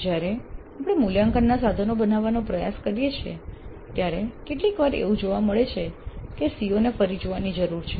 જ્યારે આપણે મૂલ્યાંકનનાં સાધનો બનાવવાનો પ્રયાસ કરીએ છીએ ત્યારે કેટલીકવાર એવું જોવા મળે છે કે CO ને ફરી જોવાની જરૂર છે